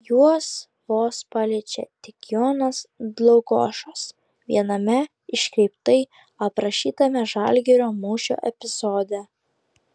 juos vos paliečia tik jonas dlugošas viename iškreiptai aprašytame žalgirio mūšio epizode